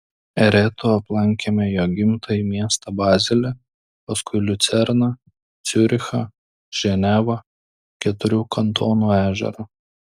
eretu aplankėme jo gimtąjį miestą bazelį paskui liucerną ciurichą ženevą keturių kantonų ežerą